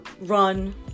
run